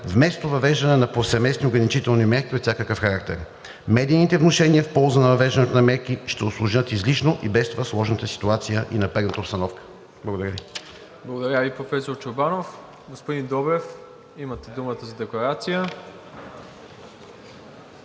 вместо въвеждане на повсеместни ограничителни мерки от всякакъв характер. Медийните внушения в полза на въвеждането на мерки ще усложнят излишно и без това сложната ситуация и напрегната обстановка. Благодаря. ПРЕДСЕДАТЕЛ МИРОСЛАВ ИВАНОВ: Благодаря Ви, професор Чорбанов. Господин Добрев, имате думата за декларация.